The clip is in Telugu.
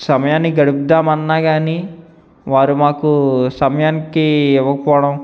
సమయాన్ని గడుపుదాం అన్నాగానీ వారు మాకు సమయానికి ఇవ్వకపోవడం